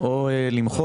או למחות.